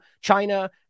China